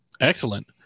excellent